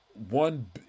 one